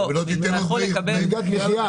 מלגת מחיה.